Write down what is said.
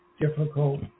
difficult